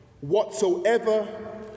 whatsoever